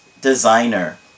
designer